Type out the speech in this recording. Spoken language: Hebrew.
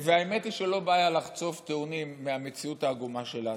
האמת היא שלא בעיה לחצוב טיעונים מהמציאות העגומה שלנו.